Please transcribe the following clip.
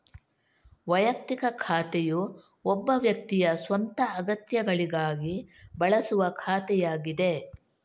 ವೈಯಕ್ತಿಕ ಖಾತೆಯು ಒಬ್ಬ ವ್ಯಕ್ತಿಯ ಸ್ವಂತ ಅಗತ್ಯಗಳಿಗಾಗಿ ಬಳಸುವ ಖಾತೆಯಾಗಿದೆ